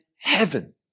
heaven